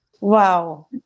wow